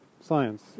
science